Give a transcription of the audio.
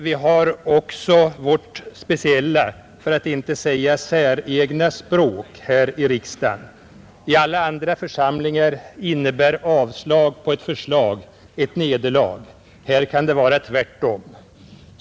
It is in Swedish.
Vi har också vårt speciella, för att inte säga säregna, språk här i riksdagen. I alla andra församlingar innebär avslag på ett förslag ett nederlag; här kan det vara tvärtom.